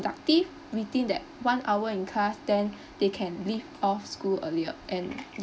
productive within that one hour in class then they can leave off school earlier and